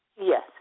Yes